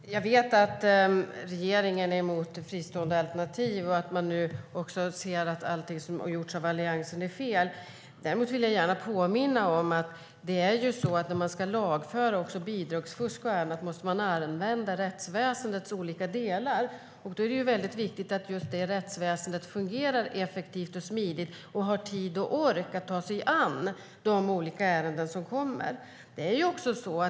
Herr talman! Jag vet att regeringen är emot fristående alternativ och anser att allt som gjorts av Alliansen är fel. Jag vill gärna påminna om att när man lagför bidragsfusk och annat måste man använda rättsväsendets olika delar. Det är viktigt att rättsväsendet fungerar effektivt och smidigt och att det finns tid och ork att ta sig an de olika ärenden som kommer.